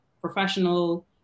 professional